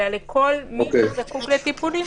אלא לכל מי שזקוק לטיפולים.